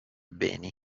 beni